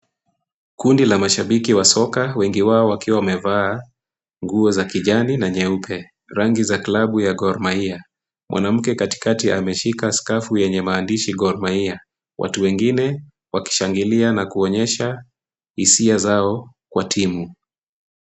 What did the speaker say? Kundi la mashabiki wa soka wengi wao wakiwa wamevaa, nguo za kijani na nyeupe. Rangi za klabu ya GOR MAHIA. Mwanamke katikati ameshika skafu yenye maandishi GOR MAHIA. Watu wengine wakishangilia na kuonyesha hisia zao kwa timu.